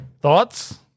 Thoughts